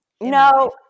No